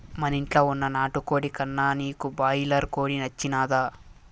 మనింట్ల వున్న నాటుకోడి కన్నా నీకు బాయిలర్ కోడి నచ్చినాదా